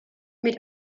mit